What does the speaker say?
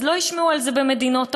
אז לא ישמעו על זה במדינות העולם,